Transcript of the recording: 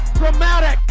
dramatic